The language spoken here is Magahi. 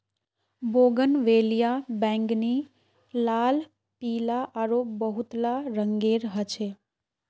बोगनवेलिया बैंगनी, लाल, पीला आरो बहुतला रंगेर ह छे